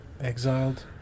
Exiled